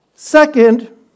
Second